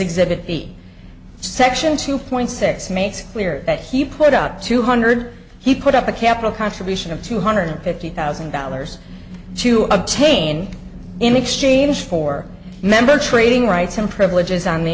exhibit b section two point six makes clear that he put out two hundred he put up a capital contribution of two hundred fifty thousand dollars to obtain in exchange for member trading rights and privileges on the